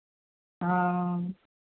हाँ